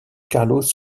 carlos